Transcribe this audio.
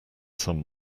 some